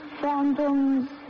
phantoms